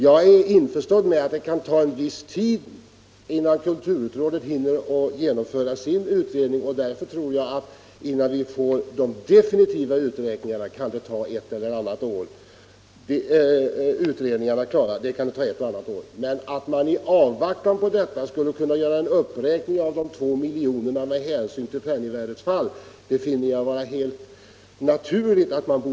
Jag är införstådd med att det kan ta en viss tid innan kulturrådet hinner genomföra sin utredning, och jag tror därför att det kan dröja ett eller annat år innan alla utredningar är definitivt klara. Men att man i avvaktan på detta skulle kunna göra en uppräkning av dessa 2 milj.kr. med hänsyn till penningvärdets fall finner jag vara helt naturligt.